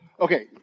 Okay